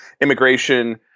immigration